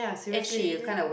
and she